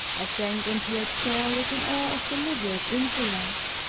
i sank into a chair with an air of deliberate insolence